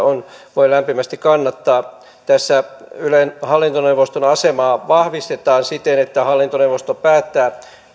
voi lämpimästi kannattaa tässä ylen hallintoneuvoston asemaa vahvistetaan siten että hallintoneuvosto päättää